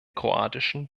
kroatischen